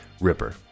ripper